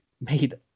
made